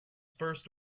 first